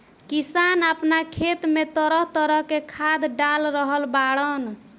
किसान आपना खेत में तरह तरह के खाद डाल रहल बाड़न